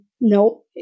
no